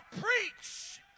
preach